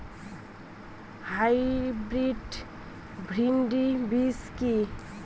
Hybrid ভীন্ডি বীজ কি?